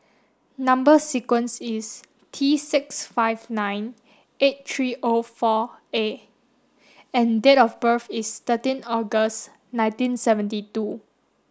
number sequence is T six five nine eight three O four A and date of birth is thirteen August nineteen seventy two